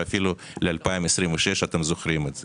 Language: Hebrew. ואפילו ל-2026, אתם זוכרים את זה.